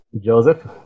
joseph